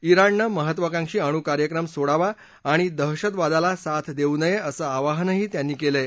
्राणनं महत्त्वाकांक्षी अणू कार्यक्रम सोडावा आणि दहशतवादाला साथ देऊ नये असं आवाहनही त्यांनी केलंय